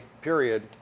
period